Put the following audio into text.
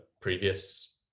previous